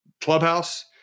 clubhouse